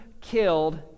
killed